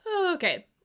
Okay